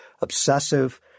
obsessive